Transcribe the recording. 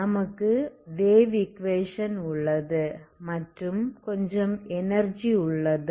நமக்கு wave equation உள்ளது மற்றும் கொஞ்சம் எனர்ஜி உள்ளது